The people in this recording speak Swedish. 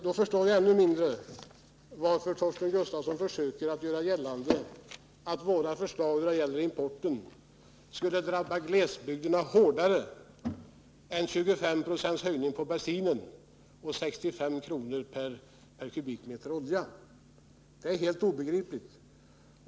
Då förstår jag ännu mindre varför Torsten Gustafsson försöker göra gällande att våra förslag då det gäller importen skulle drabba glesbygderna hårdare än 25 öres höjning på bensinen och 65 kr. per kubikmeter olja. Det är helt obegripligt.